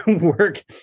work